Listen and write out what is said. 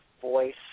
voice